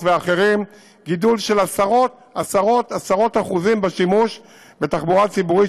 ואחרים גידול של עשרות עשרות אחוזים בשימוש בתחבורה ציבורית,